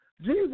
Jesus